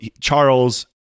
Charles